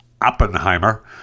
Oppenheimer